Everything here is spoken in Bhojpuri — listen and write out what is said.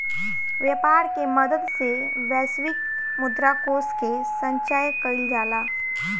व्यापर के मदद से वैश्विक मुद्रा कोष के संचय कइल जाला